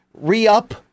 re-up